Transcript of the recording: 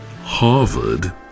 Harvard